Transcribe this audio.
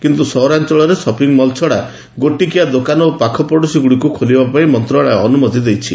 କିନ୍ତୁ ସହରାଞ୍ଚଳରେ shopping mall ଛଡା ଗୋଟିକିଆ ଦୋକାନ ଓ ପାଖପଡୋଶୀ ଗୁଡ଼ିକୁ ଖୋଲିବା ପାଇଁ ମନ୍ତ୍ରଣାଳୟ ଅନ୍ତମତି ଦେଇଛି